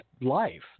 life